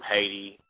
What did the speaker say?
Haiti